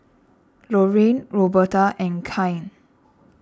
Lorraine Roberta and Kyan